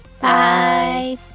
Bye